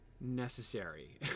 necessary